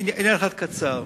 עניין אחד קצר.